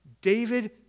David